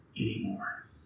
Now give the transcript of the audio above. anymore